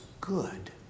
good